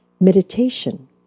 Meditation